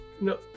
no